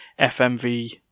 FMV